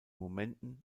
momenten